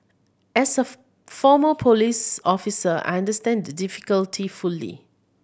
as a former police officer I understand the difficulty fully